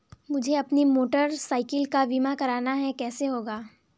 मुझे अपनी motorcycle का बीमा करना है कैसे होगा?